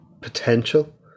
potential